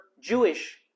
Jewish